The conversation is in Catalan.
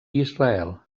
israel